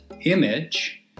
image